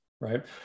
right